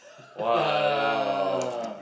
!walao!